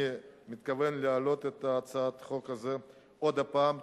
אני מתכוון להעלות את הצעת החוק הזאת עוד פעם,